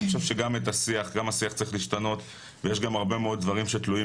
אני חושב שגם השיח צריך להשתנות ויש גם הרבה מאוד דברים שתלויים